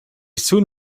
soon